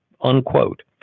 unquote